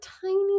tiny